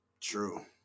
True